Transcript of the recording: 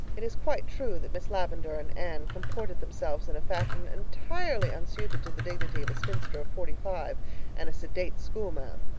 it is quite true that miss lavendar and anne comported themselves in a fashion entirely unsuited to the dignity of a spinster of forty-five and a sedate schoolma'am.